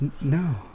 no